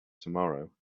tomorrow